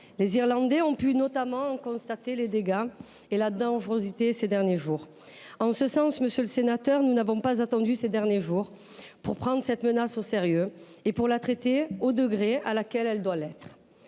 Les Irlandais ont pu notamment en constater les dégâts et la dangerosité ces derniers jours. En ce sens, monsieur le sénateur, nous n’avons pas attendu les récents événements pour prendre cette menace au sérieux et pour la traiter au degré auquel elle doit l’être.